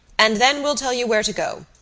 and then we'll tell you where to go.